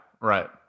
right